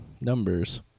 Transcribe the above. numbers